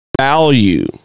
value